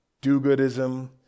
do-goodism